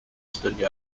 study